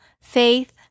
Faith